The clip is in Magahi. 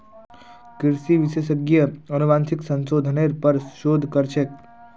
कृषि विशेषज्ञ अनुवांशिक संशोधनेर पर शोध कर छेक